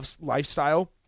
lifestyle